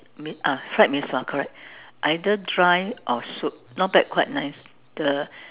Mee ah fried mee-sua correct either dry or soup not bad quite nice the